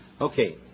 Okay